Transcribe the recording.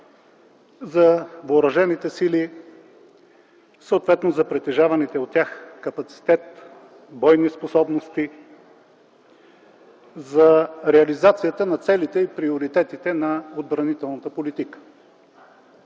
за въоръжените сили, съответно за притежаваните от тях капацитет, бойни способности, за реализацията на целите и приоритетите на отбранителната политика.